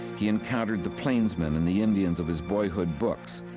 he encountered the plainsmen and the indians of his boyhood books.